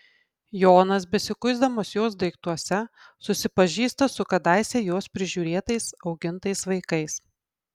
jonas besikuisdamas jos daiktuose susipažįsta su kadaise jos prižiūrėtais augintais vaikais